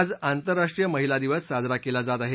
आज आंतरराष्ट्रीय महिला दिवस साजरा केला जात आहे